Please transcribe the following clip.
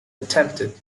attempted